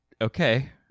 okay